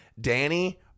Danny